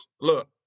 Look